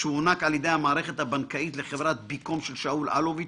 שהוענק על ידי המערכת הבנקאית לחברת בי-קום של שאול אלוביץ'